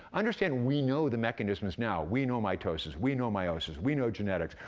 understand, we know the mechanisms now. we know mitosis, we know miosis, we know genetics,